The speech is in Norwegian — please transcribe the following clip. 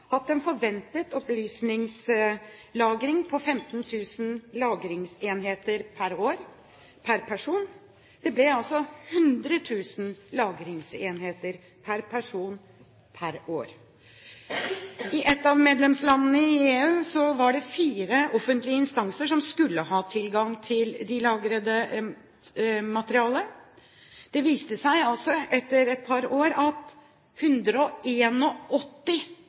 hatt en forventet opplysningslagring på 15 000 lagringsenheter per år per person. Det ble 100 000 lagringsenheter per person per år. I et annet av medlemslandene i EU var det fire offentlige instanser som skulle ha tilgang til det lagrede materialet. Det viste seg etter et par år at